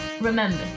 Remember